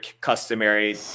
customary